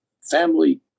family